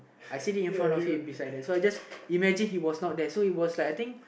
I sitting him in front of him beside there so I just imagine he was not there so he was like I think